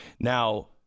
Now